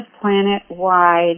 planet-wide